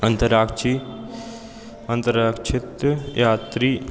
अंतरिक्ष अंतरिक्ष यात्री